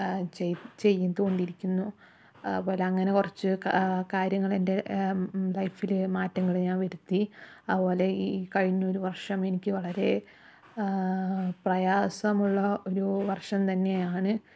ചെയ്തു ചെയ്തു കൊണ്ടിരുന്നു ആ അതുപോലെ അങ്ങനെ കുറച്ച് കാര്യങ്ങള് എൻ്റെ ലൈഫില് മാറ്റങ്ങള് ഞാൻ വരുത്തി അതുപോലെ ഈ കഴിഞ്ഞ ഒരു വർഷം എനിക്ക് വളരെ പ്രയാസമുള്ള ഒരു വർഷം തന്നെ ആണ്